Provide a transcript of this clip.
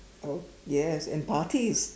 oh yes and parties